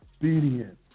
obedience